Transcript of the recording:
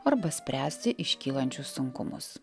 arba spręsti iškylančius sunkumus